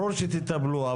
ברור שתטפלו.